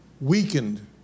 weakened